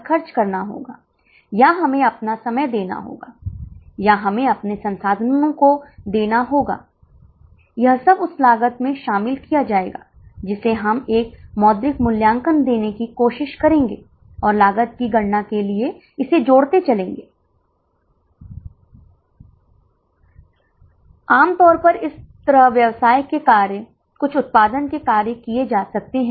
अर्ध परिवर्तनीय लागत भी अब यही होगी क्योंकि अब इसकी तीन बसें हैं निश्चित लागत हमेशा 1200 पर स्थिर है कुल लागत अब 45468 होगी और औसत लागत 303 हो जाती है क्योंकि इसे पैमाने की अर्थव्यवस्थाओं के रूप में भी जाना जाता है